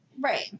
Right